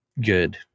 good